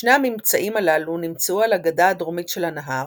שני הממצאים הללו נמצאו על הגדה הדרומית של הנהר,